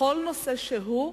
בכל נושא שהוא,